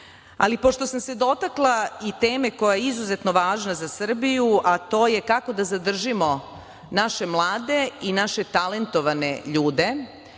pošto sam se dotakla i teme koja je izuzetno važna za Srbiju, a to je kako da zadržimo naše mlade i naše talentovane ljude,